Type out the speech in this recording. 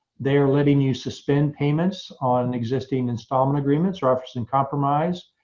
they are letting you suspend payments on existing installment agreements or offers in compromise.